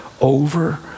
over